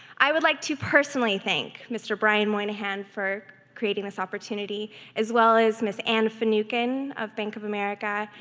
i would like to personally thank mr. brian moynihan for creating this opportunity as well as ms. anne finucane of bank of america,